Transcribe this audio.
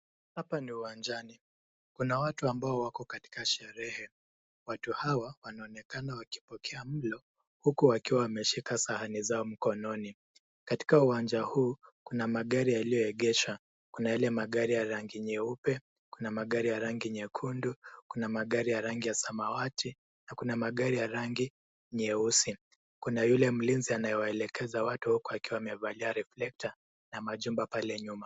Hapa ni uwanjani, kuna watu ambao wako katika sherehe. Watu hawa wanaonekana wakipokea mlo huku wakiwa wameshika sahani zao mkononi. Katika uwanja huu, kuna magari yaliyoegesha, kuna magari ya rangi nyeupe, kuna magari ya rangi nyekundu, kuna magari ya rangi ya samawati na kuna magari ya rangi nyeusi. Kuna yule mlinzi anayewaelekeza watu huku akiwa amevalia reflector na majumba pale nyuma.